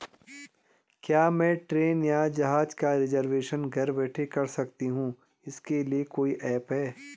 क्या मैं ट्रेन या जहाज़ का रिजर्वेशन घर बैठे कर सकती हूँ इसके लिए कोई ऐप है?